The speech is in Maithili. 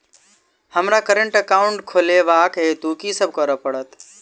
हमरा करेन्ट एकाउंट खोलेवाक हेतु की सब करऽ पड़त?